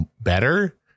better